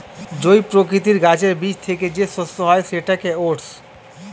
জই প্রকৃতির গাছের বীজ থেকে যে শস্য হয় সেটাকে ওটস